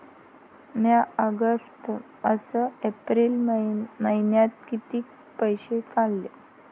म्या ऑगस्ट अस एप्रिल मइन्यात कितीक पैसे काढले?